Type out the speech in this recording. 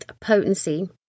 potency